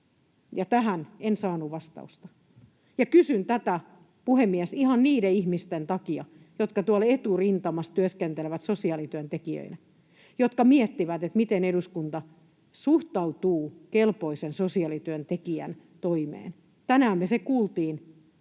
tähän en saanut vastausta. Kysyn tätä, puhemies, ihan niiden ihmisten takia, jotka tuolla eturintamassa työskentelevät sosiaalityöntekijöinä ja jotka miettivät, miten eduskunta suhtautuu kelpoisen sosiaalityöntekijän toimeen. Tänään me se kuultiin,